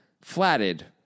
flatted